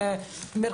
לטיפול בשוטף,